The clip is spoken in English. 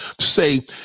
say